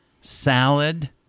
salad